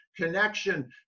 Connection